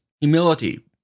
humility